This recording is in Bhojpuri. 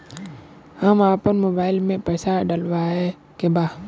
हम आपन मोबाइल में पैसा डलवावे के बा?